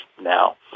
now